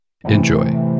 Enjoy